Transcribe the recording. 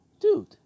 Dude